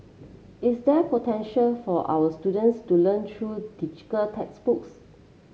is there potential for our students to learn through textbooks